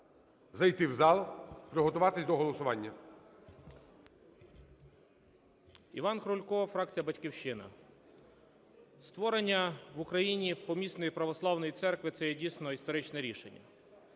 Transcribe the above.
зайти в зал, приготуватися до голосування.